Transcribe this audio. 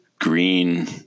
green